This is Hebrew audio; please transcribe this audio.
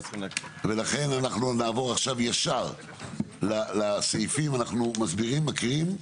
לכן נעבור ישר לסעיפים, אנחנו מקריאים?